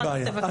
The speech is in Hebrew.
אין בעיה.